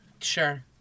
Sure